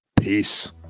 Peace